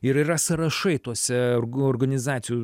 ir yra sąrašai tuose organizacijų